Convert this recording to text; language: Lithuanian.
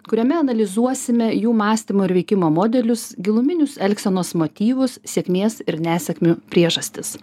kuriame analizuosime jų mąstymo ir veikimo modelius giluminius elgsenos motyvus sėkmės ir nesėkmių priežastis